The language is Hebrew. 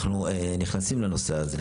אנחנו נכנסים לנושא הזה.